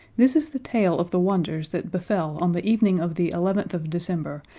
this is the tale of the wonders that befell on the evening of the eleventh of december,